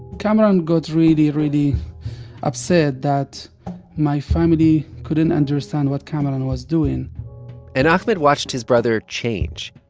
kamaran got really, really upset that my family couldn't understand what kamaran was doing and ahmed watched his brother change.